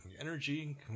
energy